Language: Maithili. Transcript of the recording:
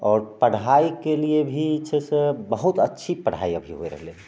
आओर पढ़ाइके लिए भी छै से बहुत अच्छी पढ़ाइ अभी होइ रहलै